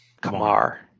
Kamar